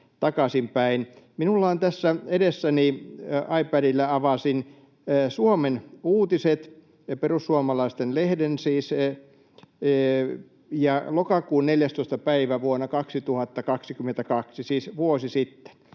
Minulla on tässä edessäni — iPadilla avasin — Suomen Uutiset, perussuomalaisten lehti siis, lokakuun 14. päivältä vuonna 2022, siis vuosi sitten.